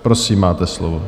Prosím, máte slovo.